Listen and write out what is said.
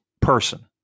person